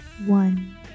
one